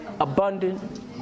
abundant